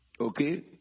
okay